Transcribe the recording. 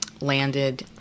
landed